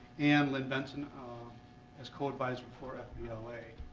and lynne benson ah as co-adviser for ah fbla. ah